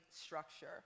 structure